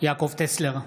יעקב טסלר,